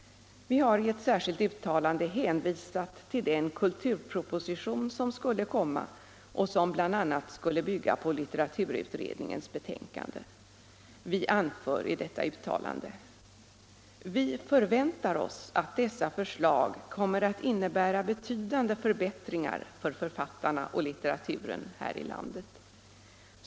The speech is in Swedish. Vi har i ett särskilt uttalande hänvisat till den kulturproposition som skulle komma och som bl.a. skulle bygga på litteraturutredningens betänkande. Vi anför i detta uttalande: ”Vi förväntar oss att dessa förslag kommer att innebära betydande förbättringar för författarna och litteraturen här i landet.